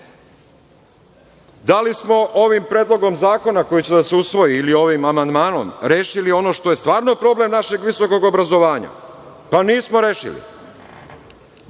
li smo ovim Predlogom zakona, koji će da se usvoji, ili ovim amandmanom rešili ono što je stvarno problem našem visokog obrazovanja? Nismo rešili.